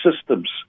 systems